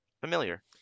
familiar